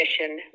mission